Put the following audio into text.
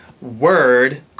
word